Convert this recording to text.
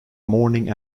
morning